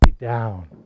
Down